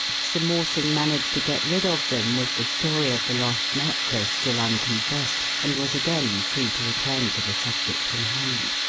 sir mawson managed to get rid of them, with the story of the lost necklace still unconfessed, and was again free to return to the subject in hand.